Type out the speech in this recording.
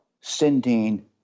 sending